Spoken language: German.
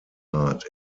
art